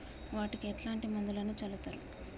వాటికి ఎట్లాంటి మందులను చల్లుతరు?